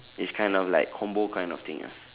it's kind of like combo kind of thing ah